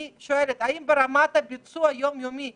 אני שואלת האם ברמת הביצוע היום יומי,